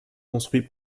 construit